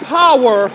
power